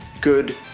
good